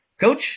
Coach